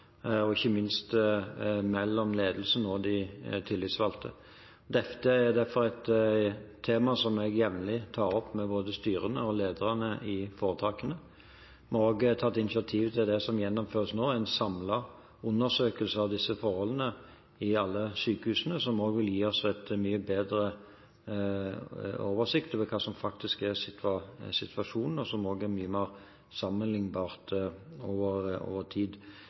ikke minst mellom ledelsen og de tillitsvalgte. Dette er derfor et tema som jeg jevnlig tar opp med både styrene og lederne i foretakene. Vi har også tatt initiativ til det som gjennomføres nå: en samlet undersøkelse av disse forholdene i alle sykehusene. Det vil gi oss en mye bedre oversikt over hva som faktisk er situasjonen, og som også er mye mer sammenlignbart over tid,